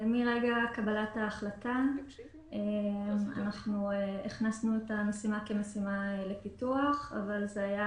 מרגע קבלת ההחלטה אנחנו הכנסנו את המשימה כמשימה לפיתוח אבל זה היה